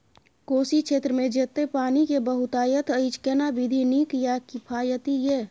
कोशी क्षेत्र मे जेतै पानी के बहूतायत अछि केना विधी नीक आ किफायती ये?